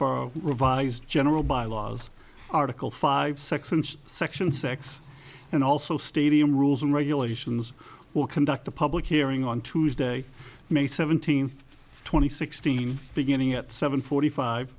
h revised general bylaws article five six and section six and also stadium rules and regulations will conduct a public hearing on tuesday may seventeenth twenty sixteen beginning at seven forty five